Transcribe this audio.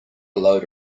load